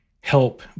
help